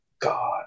God